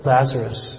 Lazarus